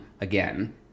again